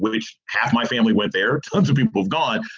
which half my family went there, tons of people. god,